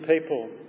people